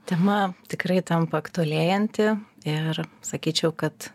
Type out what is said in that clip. tema tikrai tampa aktualėjanti ir sakyčiau kad